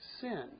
sin